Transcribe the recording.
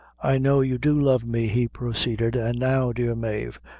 i know you do love me, he proceeded, and now, dear mave,